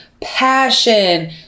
passion